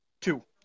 Two